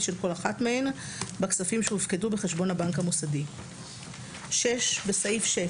של כל אחת מהן בכספים שהופקדו בחשבון הבנק המוסדי."; בסעיף 6